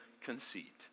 conceit